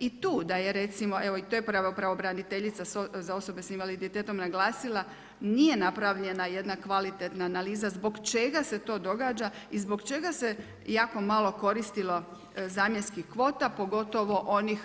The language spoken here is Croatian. I tu, da je recimo, evo, i to je pravobraniteljica za osobe s invaliditetom naglasila, nije napravljena jedna kvalitetna analiza zbog čega se to događa i zbog čega se jako malo koristilo zamjenskih kvota, pogotovo onih